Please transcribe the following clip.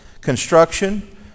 construction